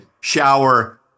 shower